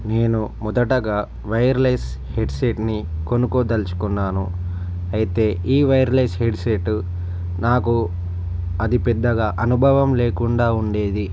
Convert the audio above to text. నేను మొదటగా వైర్లెస్ హెడ్సెట్ని కొనుక్కోదల్చుకున్నాను అయితే ఈ వైర్లెస్ హెడ్సెట్ నాకు అది పెద్దగా అనుభవం లేకుండా ఉండేది